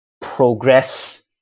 progress